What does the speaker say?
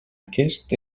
aquest